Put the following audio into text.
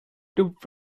tupft